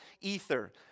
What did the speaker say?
ether